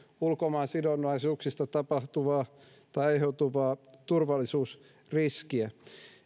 ulkomaan sidonnaisuuksista tapahtuvaa tai aiheutuvaa turvallisuusriskiä